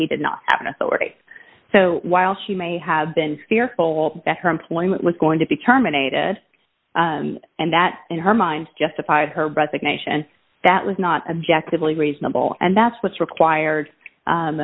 he did not have an authority so while she may have been fearful that her employment was going to be terminated and that in her mind justified her but that nation that was not objective really reasonable and that's what's required